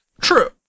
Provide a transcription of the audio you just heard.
True